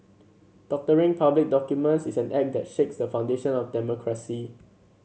doctoring public documents is an act that shakes the foundation of democracy